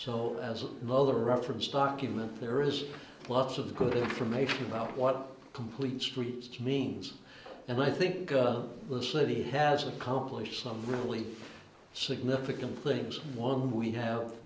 so as a mother reference document there is lots of good information about what complete streets means and i think the city has accomplished some really significant things one we have